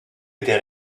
était